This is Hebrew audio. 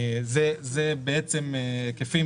אלו היקפים